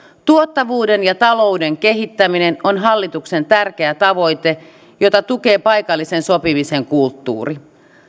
tuottavuuden ja talouden kehittäminen on hallituksen tärkeä tavoite jota tukee paikallisen sopimisen kulttuuri